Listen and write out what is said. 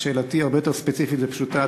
שאלתי הרבה יותר ספציפית ופשוטה,